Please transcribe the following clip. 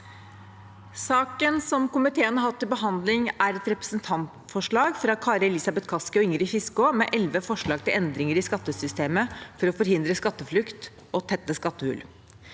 Saken som komiteen har hatt til behandling, er et representantforslag fra Kari Elisabeth Kaski og Ingrid Fiskaa med elleve forslag til endringer i skattesystemet for å forhindre skatteflukt og tette skattehull.